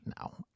No